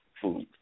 food